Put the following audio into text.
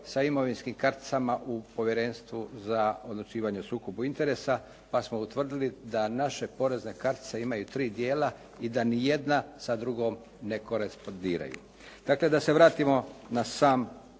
sa imovinskim karticama u Povjerenstvu za odlučivanje o sukobu interesa, pa smo utvrdili da naše porezne kartice imaju 3 dijela i da ni jedna sa drugom ne korespondiraju. Dakle, da se vratimo na sam